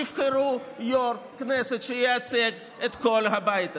תבחרו יו"ר כנסת שייצג את כל הבית הזה.